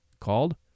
called